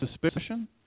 suspicion